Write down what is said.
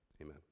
Amen